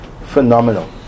Phenomenal